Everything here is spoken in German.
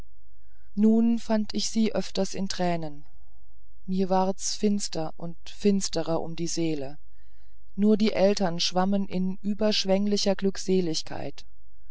nun fand ich sie öfters in tränen mir ward's finster und finsterer um die seele nur die eltern schwammen in überschwenglicher glückseligkeit